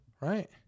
Right